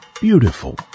Beautiful